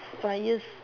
five years